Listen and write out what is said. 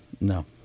No